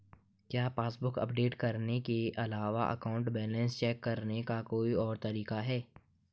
क्या passbook update करने के अलावा अकाउंट बैलेंस चेक करने का कोई और तरीका है?